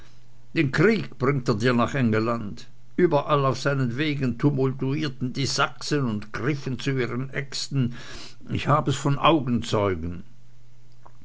den krieg bringt er dir nach engelland überall auf seinen wegen tumultuierten die sachsen und griffen zu ihren äxten ich habe es von augenzeugen